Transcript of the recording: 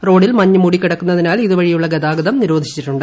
റോഡിൽ മഞ്ഞ് മൂടികിടക്കുന്നതിനാൽ ഇതുവഴിയുള്ള ഗതാഗതം നിരോധിച്ചിട്ടുണ്ട്